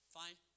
fine